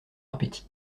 appétit